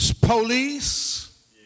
police